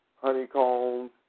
honeycombs